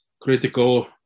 critical